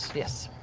yes.